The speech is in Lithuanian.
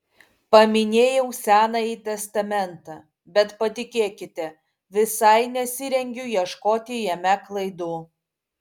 paminėjau senąjį testamentą bet patikėkite visai nesirengiu ieškoti jame klaidų